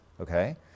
Okay